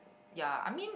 ya I mean